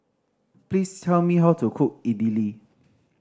please tell me how to cook Idili